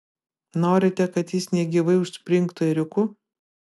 norite kad jis negyvai užspringtų ėriuku